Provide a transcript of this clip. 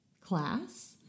class